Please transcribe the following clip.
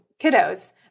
kiddos